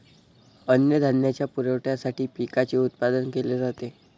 अन्नधान्याच्या पुरवठ्यासाठी पिकांचे उत्पादन केले जाते